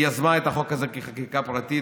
היא יזמה את החוק הזה כחקיקה פרטית,